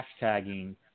hashtagging